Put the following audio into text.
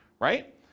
Right